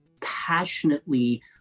passionately